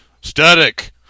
static